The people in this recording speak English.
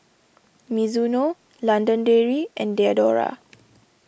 Mizuno London Dairy and Diadora